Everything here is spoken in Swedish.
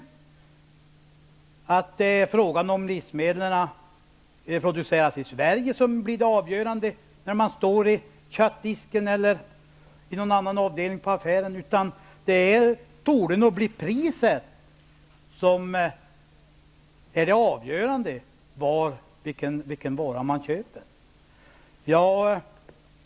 Det är troligen inte det förhållandet att livsmedlen är producerade i Sverige som blir avgörande, när man står vid köttdisken eller i någon annan avdelning i affären, utan det torde nog bli priset som avgör vilken vara man köper.